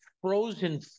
frozen